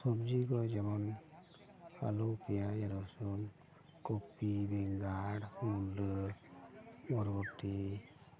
ᱥᱚᱵᱽᱡᱤ ᱠᱚ ᱡᱮᱢᱚᱱ ᱟᱞᱩ ᱯᱮᱸᱭᱟᱡᱽ ᱨᱚᱥᱩᱱ ᱠᱚᱯᱤ ᱵᱮᱸᱜᱟᱲ ᱢᱩᱞᱟᱹ ᱵᱚᱨᱵᱚᱴᱤ